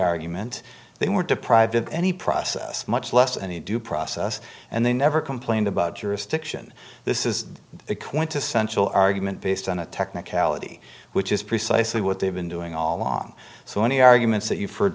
argument they were deprived of any process much less any due process and they never complained about jurisdiction this is the quintessential argument based on a technicality which is precisely what they've been doing all along so any arguments that you've heard